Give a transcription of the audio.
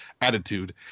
attitude